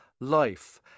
life